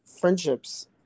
friendships